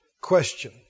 question